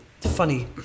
funny